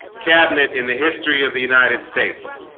cabinet in the history of the united states,